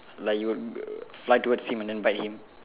like you err fly towards him and then bite him